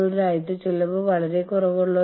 ആളുകളുടെ ജീവിതത്തിൽ കൂടുതൽ ഇടപെടൽ ഉണ്ട്